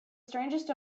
strangest